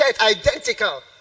identical